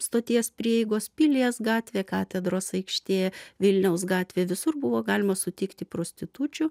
stoties prieigos pilies gatvė katedros aikštė vilniaus gatvė visur buvo galima sutikti prostitučių